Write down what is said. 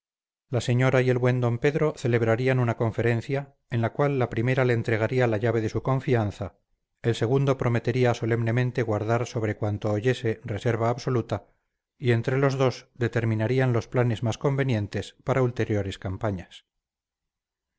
la señora y el buen d pedro celebrarían una conferencia en la cual la primera le entregaría la llave de su confianza el segundo prometería solemnemente guardar sobre cuanto oyese reserva absoluta y entre los dos determinarían los planes más convenientes para ulteriores campañas muy